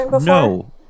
No